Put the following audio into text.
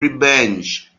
revenge